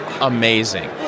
Amazing